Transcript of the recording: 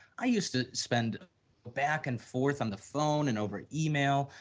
i used to spend back and forth on the phone and over email,